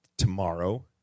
tomorrow